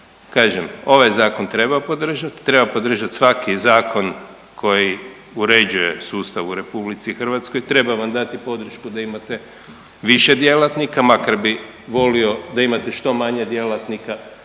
Kažem, ovaj zakon treba podržat, treba podržat svaki zakon koji uređuje sustav u RH, treba vam dati podršku da imate više djelatnika, makar bi volio da imate što manje djelatnika